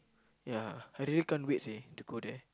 ya I really can't wait seh to go there